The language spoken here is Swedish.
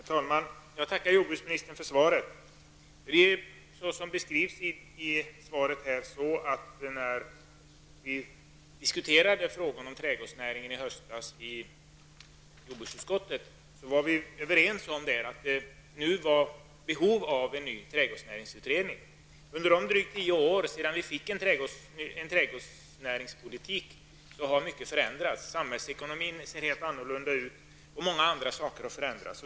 Herr talman! Jag tackar jordbruksministern för svaret. Som det står i svaret diskuterade vi i höstas i jordbruksutskottet frågan om trädgårdsnäringen. Då var vi överens om att det finns behov av en ny trädgårdsnäringsutredning. Under de drygt tio år som gått sedan vi fick en trädgårdsnäringspolitik har mycket förändrats. Samhällsekonomin ser helt annorlunda ut, och många andra saker har förändrats.